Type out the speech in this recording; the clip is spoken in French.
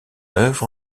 œuvre